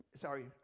sorry